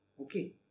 Okay